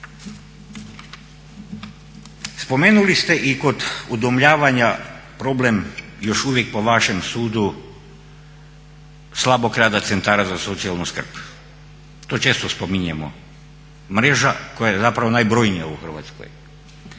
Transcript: Spomenuli ste i kod udomljavanja problem još uvijek po vašem sudu slabog rada centara za socijalnu skrb. To često spominjemo. Mreža koja je zapravo najbrojnija u Hrvatskoj